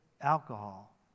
alcohol